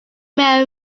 marry